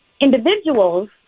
Individuals